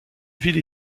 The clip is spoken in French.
ville